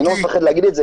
אני לא מפחד להגיד את זה,